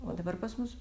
o dabar pas mus